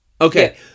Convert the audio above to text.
Okay